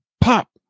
pop